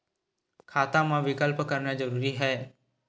खाता मा विकल्प करना जरूरी है?